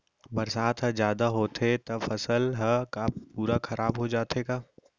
बरसात ह जादा होथे त फसल ह का पूरा खराब हो जाथे का?